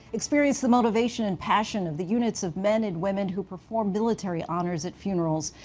experienced the motivation and passion of the units of men and women who perform military honors at funerals,